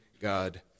God